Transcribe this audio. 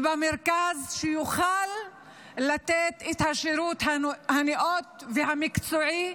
ובמרכז, שיוכל לתת את השירות הנאות והמקצועי,